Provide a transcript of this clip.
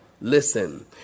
listen